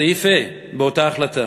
סעיף ה' באותה החלטה: